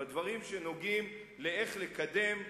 בדברים שנוגעים לאיך לקדם,